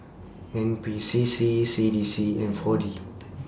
N P C C C D C and four D